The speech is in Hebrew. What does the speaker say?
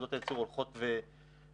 יחידות הייצור הולכות וגדלות.